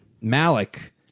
malik